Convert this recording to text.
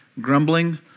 grumbling